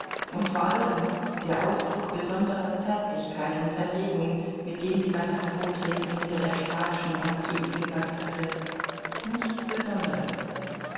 und vor allem der ausdruck besonderer zärtlichkeit und erregung mit dem sie beim hervortreten hinter der spanischen wand zu ihm gesagt hatte nichts besonderes